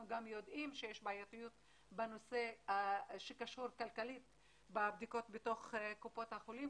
יודעים שיש בעייתיות בנושא שקשור כלכלית בבדיקות בתוך קופות החולים.